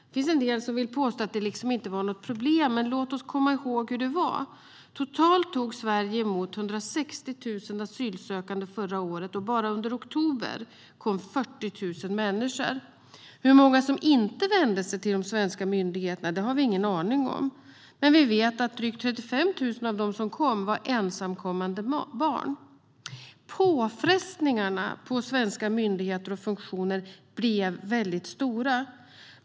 Det finns en del som vill påstå att det inte var något problem. Men låt oss komma ihåg hur det var. Sverige tog emot totalt 160 000 asylsökande förra året, och bara under oktober kom 40 000 människor. Hur många som inte vände sig till de svenska myndigheterna har vi ingen aning om. Men vi vet att drygt 35 000 av dem som kom var ensamkommande barn. Påfrestningarna på svenska myndigheter och funktioner blev mycket stora.